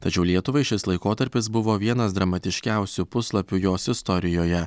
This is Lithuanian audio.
tačiau lietuvai šis laikotarpis buvo vienas dramatiškiausių puslapių jos istorijoje